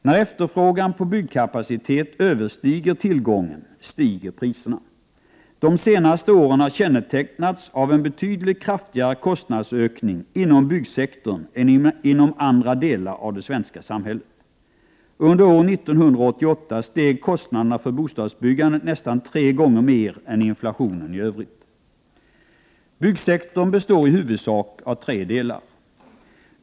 När efterfrågan på byggkapacitet överstiger tillgången stiger priserna. De senaste åren har kännetecknats av en betydligt kraftigare kostnadsökning inom byggsektorn än inom andra delar av det svenska samhället. Under år 1988 steg kostnaderna för bostadsbyggandet nästan tre gånger mer än inflationen i övrigt. Byggsektorn består i huvudsak av tre delar.